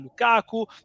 Lukaku